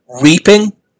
reaping